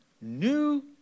new